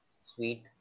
Sweet